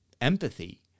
empathy